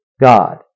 God